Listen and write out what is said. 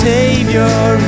Savior